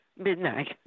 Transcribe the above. midnight